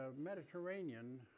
Mediterranean